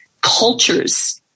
cultures